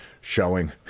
showing